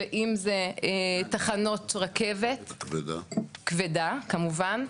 ואם זה תחנות רכבת הכבדה כמובן,